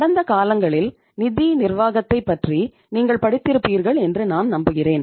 கடந்த காலங்களில் நிதி நிர்வாகத்தைப் பற்றி நீங்கள் படித்திருப்பீர்கள் என்று நான் நம்புகிறேன்